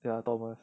ya thomas